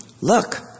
look